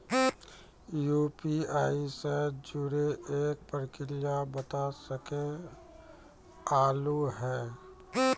UPI से जुड़े के प्रक्रिया बता सके आलू है?